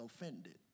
offended